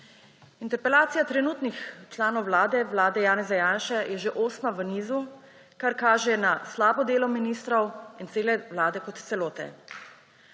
Interpelacija trenutnih članov vlade, vlade Janeza Janše, je že osma v nizu, kar kaže na slabo delo ministrov in vlade kot celote.